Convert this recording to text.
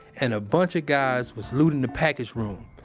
and a bunch of guys was looting the package room,